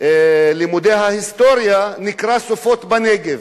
לימודי ההיסטוריה ונקרא "סופות בנגב".